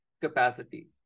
capacity